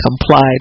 complied